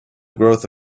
growth